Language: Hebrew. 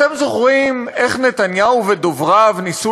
אתם זוכרים איך נתניהו ודובריו ניסו